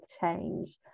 change